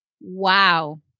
Wow